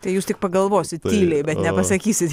tai jūs tik pagalvosit tyliai bet nepasakysit